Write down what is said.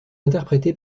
interprété